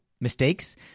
mistakes